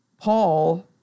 Paul